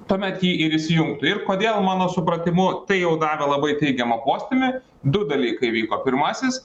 tuomet ji ir įsijungtų ir kodėl mano supratimu tai jau davė labai teigiamą postūmį du dalykai vyko pirmasis